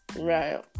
right